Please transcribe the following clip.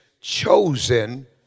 Chosen